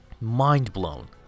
mind-blown